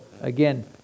again